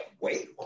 wait